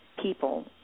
People